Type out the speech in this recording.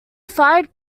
fired